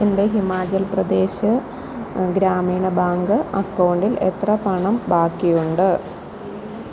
എൻ്റെ ഹിമാചൽ പ്രദേശ് ഗ്രാമീൺ ബാങ്ക് അക്കൗണ്ടിൽ എത്ര പണം ബാക്കിയുണ്ട്